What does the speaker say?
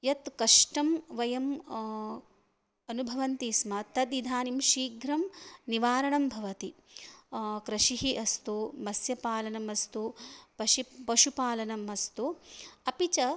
यत् कष्टं वयम् अनुभवन्ति स्म तत् इदानीं शीघ्रं निवारणं भवति कृषिः अस्तु मस्यपालनम् अस्तु पशु पशुपालनम् अस्तु अपि च